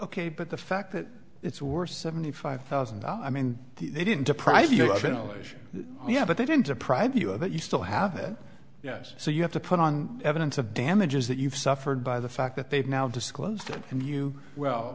ok but the fact that it's or seventy five thousand dollars i mean they didn't deprive you of ventilation yeah but they didn't deprive you of it you still have it yes so you have to put on evidence of damages that you've suffered by the fact that they've now disclosed and you well